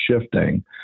shifting